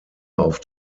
auf